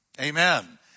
Amen